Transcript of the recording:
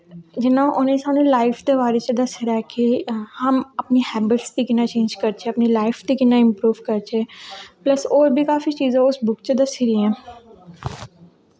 जियां उ'नें साढ़ी लाईफ दे बारे च दस्से दा ऐ कि हम अपनी हैबिटस गी कि'यां चेंज़ करचै अपनी लाइफ गी कि'यां इंप्रूव करचै प्लस होर बी काफी चीज़ां उस बुक च दस्सी दियां न